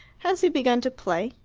has he begun to play?